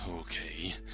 okay